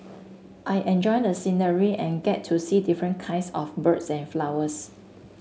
I enjoy the scenery and get to see different kinds of birds and flowers